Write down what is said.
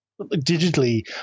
digitally